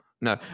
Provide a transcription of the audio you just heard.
no